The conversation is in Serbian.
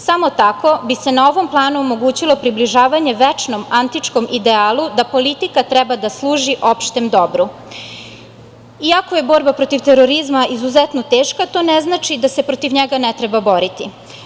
Samo tako bi se na ovom planu omogućilo približavanje večnom, antičkom idealu – da politika treba da služi opštem dobru.“ Iako je borba protiv terorizma izuzetno teška, to ne znači da se protiv njega ne treba boriti.